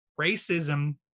racism